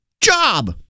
job